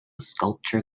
sculpture